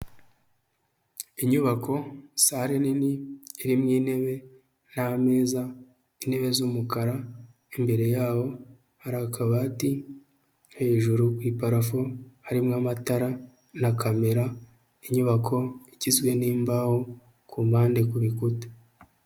Inyubako, sale nini irimo intebe n'ameza, intebe z'umukara, imbere yaho hari akabati, hejuru ku iparafu harimo amatara na kamera, inyubako igizwe n'imbaho ku mpande ku bikuta.